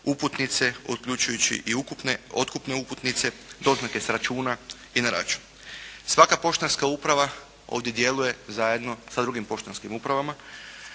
uputnice, uključujući i otkupne uputnice, doznake s računa i na račun. Svaka poštanska uprava ovdje djeluje zajedno sa drugim poštanskim upravama